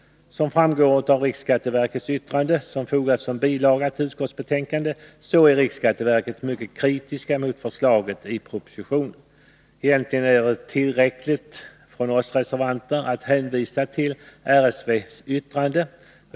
Som framgår av riksskatteverkets yttrande, som fogats som bilaga till utskottsbetänkandet, är riksskatteverket mycket kritiskt mot förslaget i propositionen. Egentligen är det tillräckligt att vi reservanter hänvisar till RSV:s yttrande.